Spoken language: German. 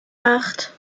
acht